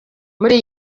muri